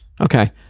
okay